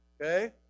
okay